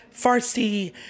Farsi